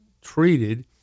treated